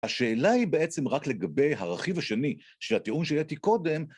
השאלה היא בעצם רק לגבי הרכיב השני של הטיעון שהעלתי קודם.